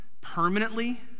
permanently